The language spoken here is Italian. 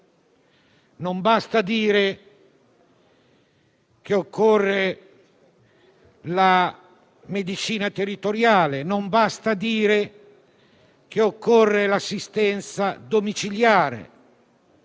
non basta dire che occorre la medicina territoriale, non basta dire che occorre l'assistenza domiciliare.